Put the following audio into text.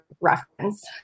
reference